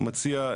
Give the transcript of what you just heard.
אני מציע,